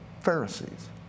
Pharisees